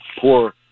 poor